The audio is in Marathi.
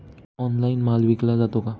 ऑनलाइन माल विकला जातो का?